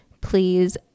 please